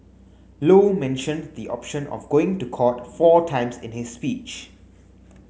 low mentioned the option of going to court four times in his speech